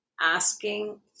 asking